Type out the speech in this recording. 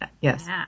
Yes